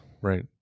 Right